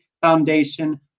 Foundation